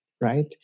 Right